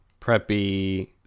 preppy